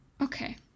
Okay